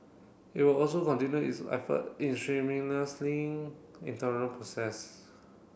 it will also continue its effort in internal process